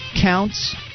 counts